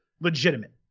legitimate